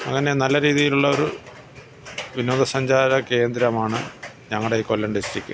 അങ്ങനെ നല്ല രീതീലുള്ളൊരു വിനോദ സഞ്ചാര കേന്ദ്രമാണ് ഞങ്ങടെയീ കൊല്ലം ഡിസ്ട്രിക്ക്